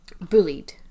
bullied